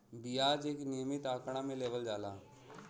बियाज एक नियमित आंकड़ा मे लेवल जाला